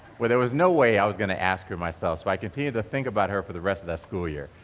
but there was no way i was going to ask her myself, so i continued to think about her for the rest of that school year.